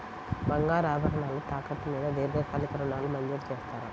బంగారు ఆభరణాలు తాకట్టు మీద దీర్ఘకాలిక ఋణాలు మంజూరు చేస్తారా?